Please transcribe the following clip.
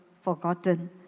forgotten